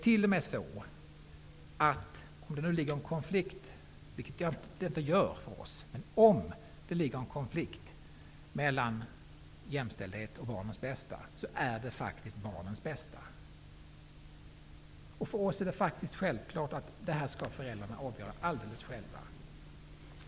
Om det skulle finnas en konflikt mellan jämställdhet och barnens bästa -- vilket det inte gör för oss, men om -- tar faktiskt barnens bästa överhanden. För oss är det självklart att föräldrarna skall avgöra det här själva.